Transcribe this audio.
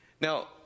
now